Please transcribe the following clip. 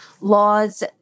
laws